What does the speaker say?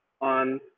on